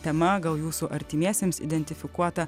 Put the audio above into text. tema gal jūsų artimiesiems identifikuota